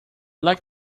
like